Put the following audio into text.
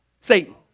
Satan